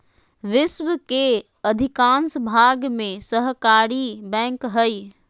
विश्व के अधिकांश भाग में सहकारी बैंक हइ